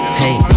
hey